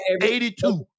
82